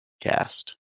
cast